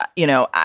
but you know,